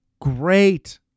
great